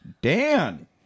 Dan